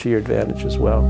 to your advantage as well